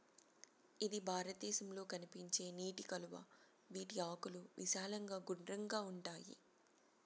ఇది భారతదేశంలో కనిపించే నీటి కలువ, వీటి ఆకులు విశాలంగా గుండ్రంగా ఉంటాయి